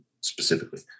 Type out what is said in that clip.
specifically